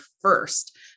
first